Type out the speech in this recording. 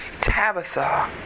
Tabitha